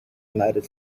united